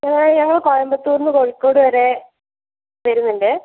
ഞങ്ങൾ കോയമ്പത്തൂരിൽ നിന്നു കോഴിക്കോട് വരെ വരുന്നുണ്ട്